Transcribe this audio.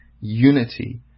unity